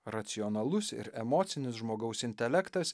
racionalus ir emocinis žmogaus intelektas